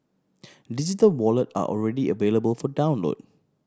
digital wallet are already available for download